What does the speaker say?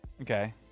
okay